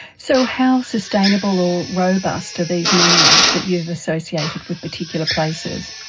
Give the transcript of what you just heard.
so how sustainable or robust are these memories that you've associated with particular places?